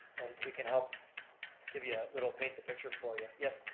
and he can help give you a little, paint the picture for you, yes.